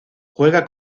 juega